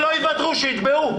תקופה --- שלא יוותרו, שיתבעו.